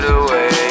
away